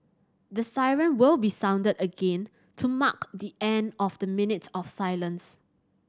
the siren will be sounded again to mark the end of the minute of silence